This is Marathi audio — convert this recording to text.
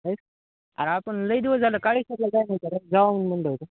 अरे आपण लै दिवस झालं काळी सगळं जाय नाचार जाऊन मंद हो